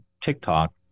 TikTok